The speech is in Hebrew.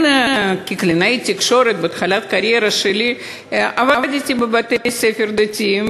כקלינאית תקשורת בתחילת הקריירה שלי עבדתי בבתי-ספר דתיים,